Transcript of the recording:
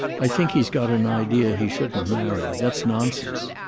i think he's got an idea he shouldn't marry. that's nonsense.